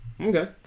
okay